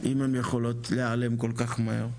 אם הן יכולות להעלם כל כך מהר?